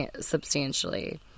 substantially